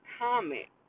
comment